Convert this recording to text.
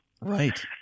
Right